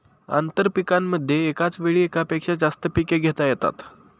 आंतरपीकांमध्ये एकाच वेळी एकापेक्षा जास्त पिके घेता येतात